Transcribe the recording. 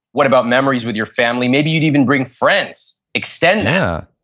what about memories with your family? maybe you'd even bring friends, extend that yeah,